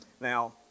Now